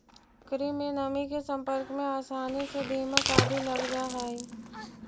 लकड़ी में नमी के सम्पर्क में आसानी से दीमक आदि लग जा हइ